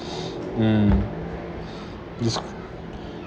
um des~